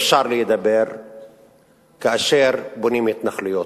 ולהגיד לכולם: אי-אפשר להידבר כאשר בונים התנחלויות.